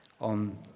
on